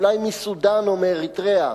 אולי מסודן או מאריתריאה,